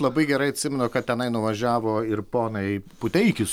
labai gerai atsimenu kad tenai nuvažiavo ir ponai puteikis